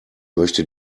möchte